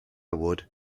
would